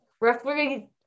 Roughly